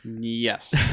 Yes